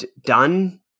done